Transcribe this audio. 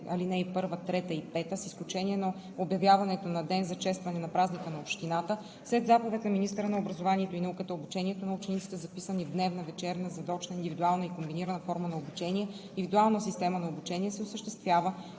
ал. 1, 3 и 5, с изключение на обявяването на ден за честване на празника на общината, след заповед на министъра на образованието и науката обучението на учениците, записани в дневна, вечерна, задочна, индивидуална и комбинирана форма на обучение и в дуална система на обучение, се осъществява,